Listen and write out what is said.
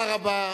תודה רבה.